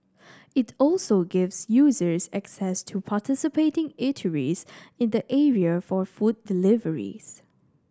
it also gives users access to participating eateries in the area for food deliveries